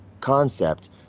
concept